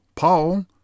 Paul